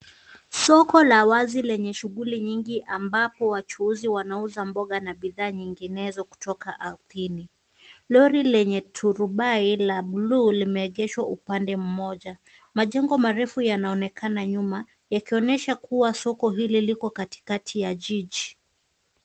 Soko la wazi lenye shughuli nyingi ambapo wachuuzi wanauza mboga na bidhaa nyinginezo kutoka ardhini . Lori lenye turubai la bluu limeegeshwa upande mmoja. Majengo marefu yanaonekana nyuma ikionyesha kuwa soko hili liko katikati ya jiji.